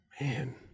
Man